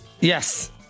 Yes